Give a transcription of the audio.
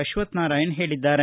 ಅಶ್ವತ್ವನಾರಾಯಣ ಹೇಳಿದ್ದಾರೆ